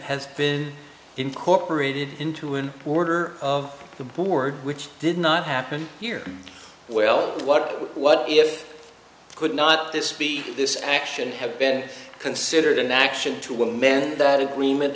has been incorporated into an order of the board which did not happen here well what what if could not the speed of this action have been considered an action to one man that agreement